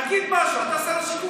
תגיד משהו, אתה שר השיכון.